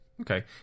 Okay